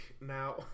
Now